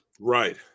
Right